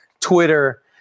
Twitter